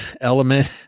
element